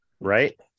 right